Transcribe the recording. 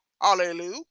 hallelujah